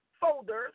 folders